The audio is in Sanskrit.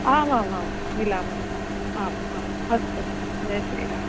आमामां मिलामः महोदय आम् आम् अस्तु जय श्रीराम